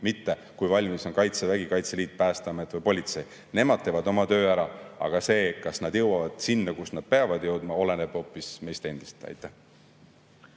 mitte kui valmis on Kaitsevägi, Kaitseliit, Päästeamet või politsei. Nemad teevad oma töö ära, aga see, kas nad jõuavad sinna, kuhu nad peavad jõudma, oleneb hoopis meist endist. Mati